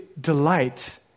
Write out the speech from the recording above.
delight